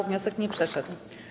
Wniosek nie przeszedł.